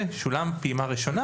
שולמה פעימה ראשונה,